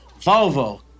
Volvo